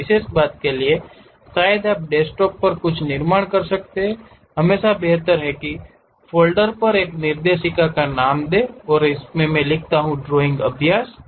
एक विशेष बात के लिए शायद आप डेस्कटॉप पर कुछ निर्माण कर सकते हैं हमेशा बेहतर है नया फ़ोल्डर में एक निर्देशिका का निर्माण करना मे लिखता हूँ ड्राइंग अभ्यास